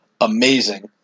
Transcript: amazing